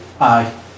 Aye